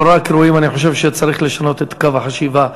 לא רק ראויים, אני חושב שצריך לשנות את קו החשיבה.